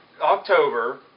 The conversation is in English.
October